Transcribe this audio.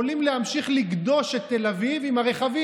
מדינת תל אביב יכולים להמשיך לגדוש את תל אביב עם הרכבים,